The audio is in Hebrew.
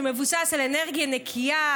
שמבוסס על אנרגיה נקייה,